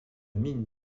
mine